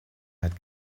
hat